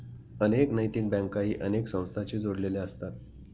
अनेक नैतिक बँकाही अनेक संस्थांशी जोडलेले असतात